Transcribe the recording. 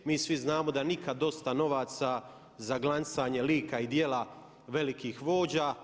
Mi svi znamo da nikad dosta novaca za glancanje lika i djela velikih vođa.